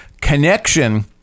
connection